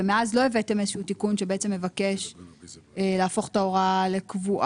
ומאז לא הבאתם איזה שהוא תיקון שמבקש להפוך את ההוראה לקבועה.